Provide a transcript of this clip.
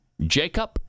jacob